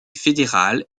fédéral